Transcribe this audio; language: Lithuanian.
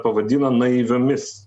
pavadino naiviomis